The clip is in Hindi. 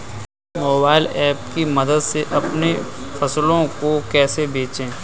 मोबाइल ऐप की मदद से अपनी फसलों को कैसे बेचें?